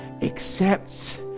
accepts